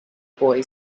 boy